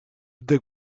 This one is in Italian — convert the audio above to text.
the